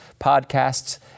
podcasts